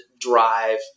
drive